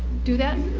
do that.